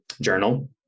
Journal